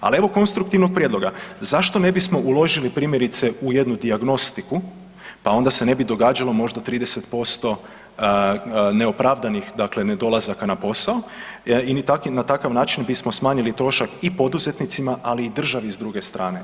Ali evo konstruktivnog prijedloga, zašto ne bismo uložili primjerice u jednu dijagnostiku pa onda se ne bi događalo možda 30% neopravdanih, dakle nedolazaka na postao i na takav način bismo smanjili trošak i poduzetnicima ali i državi s druge strane.